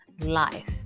life